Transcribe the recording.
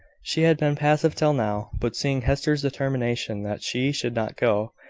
she had been passive till now but seeing hester's determination that she should not go,